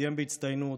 סיים בהצטיינות,